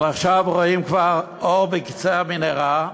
אבל עכשיו רואים כבר אור בקצה המנהרה,